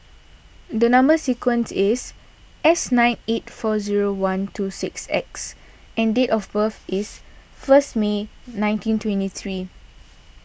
the Number Sequence is S nine eight four zero one two six X and date of birth is first May nineteen twenty three